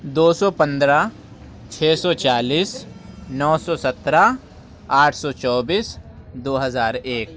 دو سو پندرہ چھ سو چالیس نو سو سترہ آٹھ سو چوبیس دو ہزار ایک